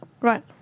Right